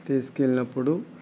తీసుకెళ్ళినప్పుడు